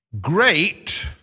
great